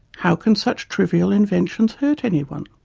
how can such trivial inventions hurt anyone?